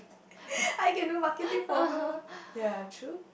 I can do marketing for her ya true